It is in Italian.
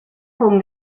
con